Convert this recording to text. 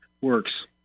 works